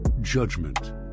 Judgment